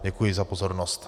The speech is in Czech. Děkuji za pozornost.